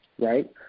right